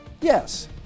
Yes